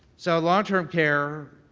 so, long-term care,